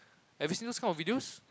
have you seen those kind of videos